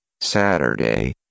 Saturday